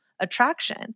attraction